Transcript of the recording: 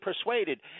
persuaded